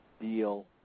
deal